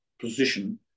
position